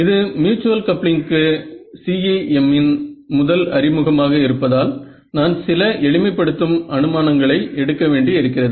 இது மியூச்சுவல் கப்ளிங்க்கு CEM இன் முதல் அறிமுகமாக இருப்பதால் நான் சில எளிமைப்படுத்தும் அனுமானங்களை எடுக்க வேண்டி இருக்கிறது